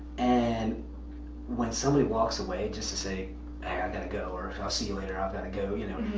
and when somebody walks away, just to say hey, i've gotta go, or i'll see you later, i've gotta go, you know,